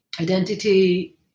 identity